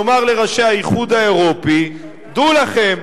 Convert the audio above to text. לומר לראשי האיחוד האירופי: דעו לכם,